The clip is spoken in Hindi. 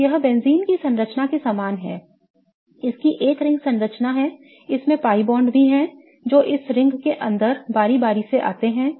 तो यह बेंजीन की संरचना के समान है इसकी एक रिंग संरचना है इसमें पाई बॉन्ड भी हैं जो इस रिंग के अंदर बारी बारी से होते हैं